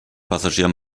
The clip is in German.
passagier